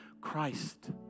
Christ